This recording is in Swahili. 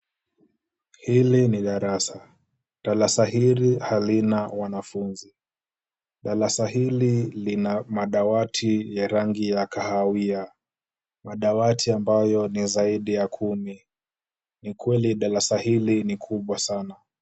Hili ni darasa. Darasa hili halina wanafunzi. Darasa hili lina madawati ya rangi ya kahawia, madawati ambayo ni zaidi ya kumi. Ni kweli darasa hili ni kubwa sana.